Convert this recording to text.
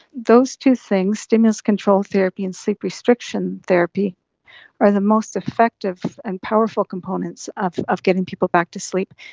those two things stimulus control therapy and sleep restriction therapy are the most effective and powerful components of of getting people back to sleep.